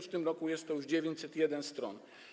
W tym roku jest to już 901 stron.